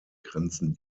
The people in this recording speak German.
grenzen